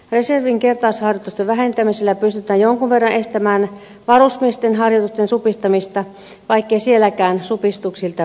reservin kertausharjoitusten vähentämisellä pystytään jonkun verran estämään varusmiesten harjoitusten supistamista vaikkei sielläkään supistuksilta vältytä